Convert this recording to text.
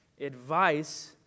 advice